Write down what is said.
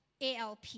ALP